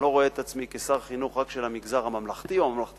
אני לא רואה את עצמי כשר חינוך רק של המגזר הממלכתי או הממלכתי-דתי,